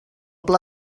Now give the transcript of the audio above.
pla